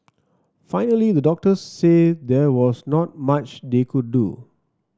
finally the doctors said there was not much they could do